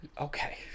okay